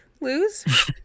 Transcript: lose